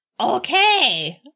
Okay